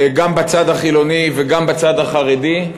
גם בצד החילוני וגם בצד החרדי,